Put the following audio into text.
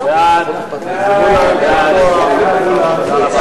בשירותים ובכניסה למקומות בידור ולמקומות ציבוריים (תיקון מס'